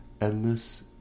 Endless